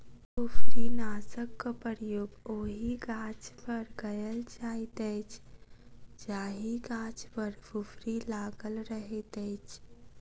फुफरीनाशकक प्रयोग ओहि गाछपर कयल जाइत अछि जाहि गाछ पर फुफरी लागल रहैत अछि